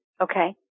Okay